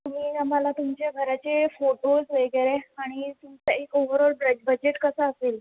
तुम्ही आम्हाला तुमच्या घराचे फोटोज वगैरे आणि तुमचं एक ओव्हरऑल प्राइज बजेट कसं असेल